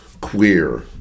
queer